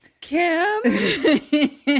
Kim